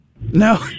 no